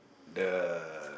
the